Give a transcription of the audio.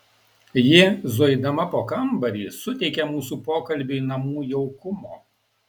ji zuidama po kambarį suteikė mūsų pokalbiui namų jaukumo